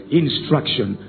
instruction